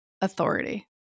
authority